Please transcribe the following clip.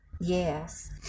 Yes